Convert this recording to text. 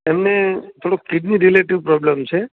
એમને થોડુંક kidney related problem છે